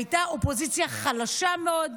הייתה אופוזיציה חלשה מאוד,